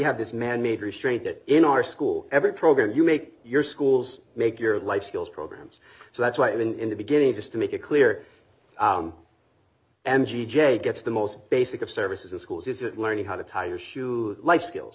have this man made restraint that in our school every program you make your schools make your life skills programs so that's why in the beginning just to make it clear and g j gets the most basic of services in schools is it learning how to tie your shoe life skills